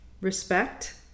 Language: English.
respect